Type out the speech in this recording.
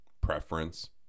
preference